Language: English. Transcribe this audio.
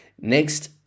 Next